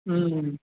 હમ્મ